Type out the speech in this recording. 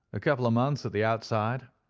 a couple of months at the outside.